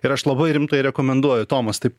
ir aš labai rimtai rekomenduoju tomas taip